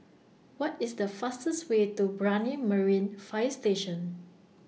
What IS The fastest Way to Brani Marine Fire Station